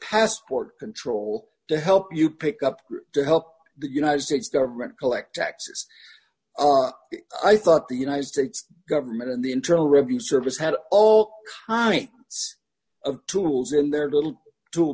passport control to help you pick up to help the united states government collect taxes i thought the united states government and the internal revenue service had all kinds of tools in their little two